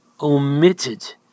omitted